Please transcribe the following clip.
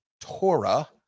Torah